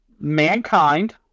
Mankind